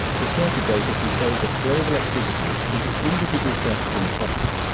the circuit breaker controls the flow of electricity into individual circuits in the property.